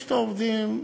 יש העובדים,